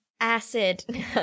acid